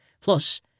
Plus